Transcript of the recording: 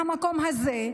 מהמקום הזה: